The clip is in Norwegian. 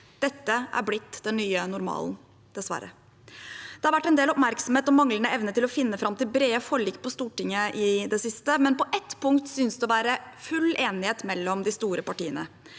Dette er blitt den nye normalen, dessverre. Det har vært en del oppmerksomhet om manglende evne til å finne fram til brede forlik på Stortinget i det siste, men på ett punkt synes det å være full enighet mellom de store partiene.